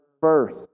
first